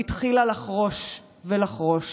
התחילה לחרוש ולחרוש.